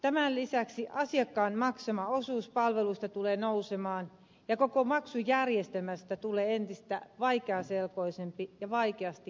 tämän lisäksi asiakkaan maksama osuus palveluista tulee nousemaan ja koko maksujärjestelmästä tulee entistä vaikeaselkoisempi ja vaikeasti hallittava